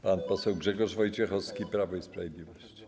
Pan poseł Grzegorz Wojciechowski, Prawo i Sprawiedliwość.